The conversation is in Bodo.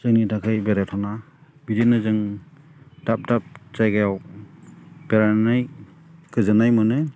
जोंनि थाखाय बेरायथावना बिदिनो जों दाब दाब जायगायाव बेरायनानै गोजोननाय मोनो